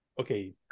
Okay